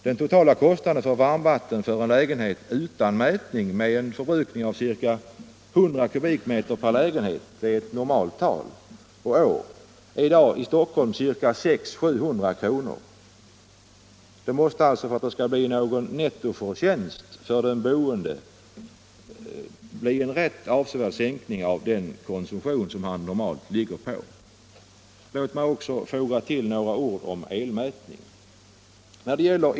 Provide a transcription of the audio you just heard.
Den totala kostnaden för varmvattnet för en lägenhet utan mätning med en förbrukning av ca 100 kubikmeter per lägenhet och år — det är ett normalt tal — är i dag i Stockholm 600-700 kr. För att det skall bli någon nettoförtjänst för den boende måste det alltså bli en rätt avsevärd sänkning av hans normala konsumtion. Låt mig också få foga till några ord om elmätning.